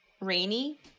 Rainy